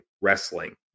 wrestling